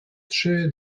trzy